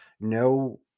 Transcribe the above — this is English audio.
no